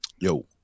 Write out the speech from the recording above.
Yo